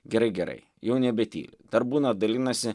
gerai gerai jau nebetyli dar būna dalinasi